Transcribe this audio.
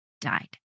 died